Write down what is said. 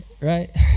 right